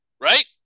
Right